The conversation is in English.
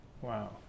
Wow